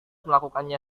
melakukannya